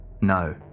No